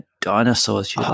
dinosaurs